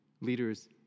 leaders